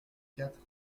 quatre